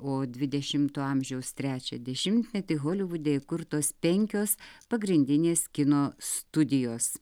o dvidešimto amžiaus trečią dešimtmetį holivude įkurtos penkios pagrindinės kino studijos